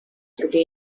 drugie